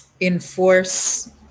enforce